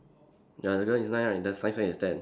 ya the girl is nine right then science fair is ten